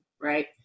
right